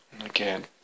Again